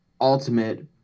ultimate